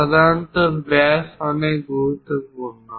সাধারণত ব্যাস অনেক গুরুত্বপূর্ণ